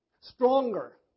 stronger